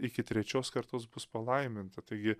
iki trečios kartos bus palaiminta taigi